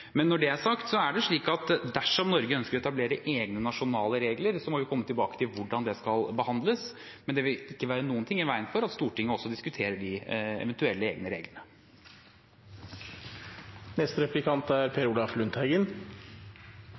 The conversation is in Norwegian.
Når det er sagt, er det slik at dersom Norge ønsker å etablere egne, nasjonale regler, må vi komme tilbake til hvordan det skal behandles, men det vil ikke være noen ting i veien for at Stortinget også diskuterer de eventuelle egne reglene. Regjeringa sendte saken ut på 14 dagers høring. Det er